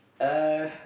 uh